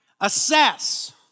Assess